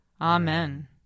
Amen